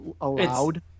allowed